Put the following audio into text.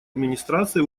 администрации